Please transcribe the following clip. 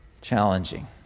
challenging